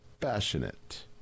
passionate